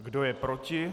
Kdo je proti?